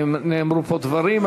נאמרו פה דברים,